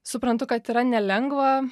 suprantu kad yra nelengva